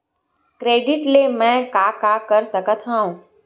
Credit ले मैं का का कर सकत हंव?